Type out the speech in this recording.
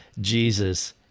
Jesus